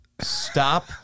stop